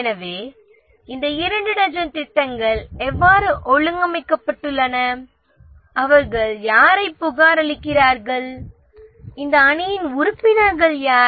எனவே இந்த இரண்டு டஜன் திட்டங்கள் எவ்வாறு ஒழுங்கமைக்கப்பட்டுள்ளன அவர்கள் யாரிடம் அறிக்கையிடுகிறார்கள் இந்த அணியின் உறுப்பினர்கள் யார்